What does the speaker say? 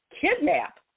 kidnap